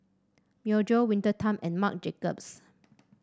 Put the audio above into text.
Myojo Winter Time and Marc Jacobs